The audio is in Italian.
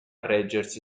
reggersi